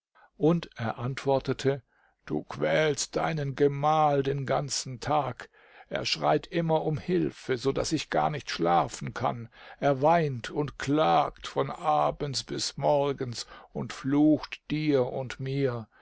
und er antwortete du quälst deinen gemahl den ganzen tag er schreit immer um hilfe so daß ich gar nicht schlafen kann er weint und klagt von abends bis morgens und flucht dir und mir